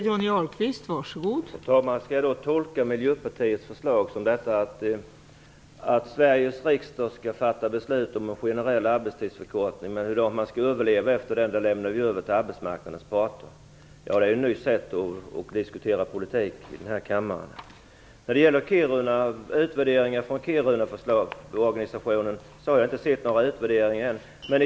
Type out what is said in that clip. Fru talman! Skall jag då tolka Miljöpartiets förslag så att Sveriges riksdag skall fatta beslut om en generell arbetstidsförkortning men att frågan om hur man skall överleva därefter överlämnas åt arbetsmarknadens parter? Det är ett nytt sätt att diskutera politik i kammaren. Jag har ännu inte sett någon utvärdering från Kiruna.